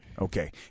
Okay